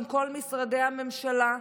הם כל משרדי הממשלה.